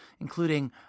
including